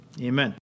Amen